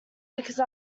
because